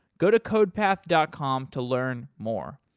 go to codepath dot com to learn more.